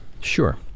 Sure